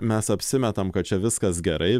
mes apsimetam kad čia viskas gerai